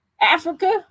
Africa